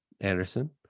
Anderson